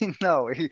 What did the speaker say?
no